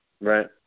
Right